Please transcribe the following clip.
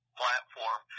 platform